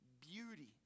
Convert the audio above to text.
beauty